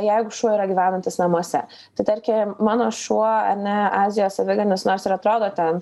jeigu šuo yra gyvenantis namuose tai tarkim mano šuo ane azijos aviganis nors ir atrodo ten